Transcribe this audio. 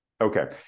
Okay